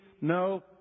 No